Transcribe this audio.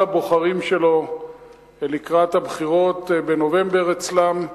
הבוחרים שלו לקראת הבחירות בנובמבר אצלם,